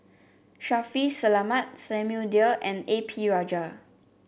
Shaffiq Selamat Samuel Dyer and A P Rajah